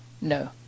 no